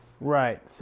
right